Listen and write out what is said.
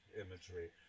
imagery